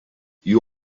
you